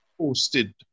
posted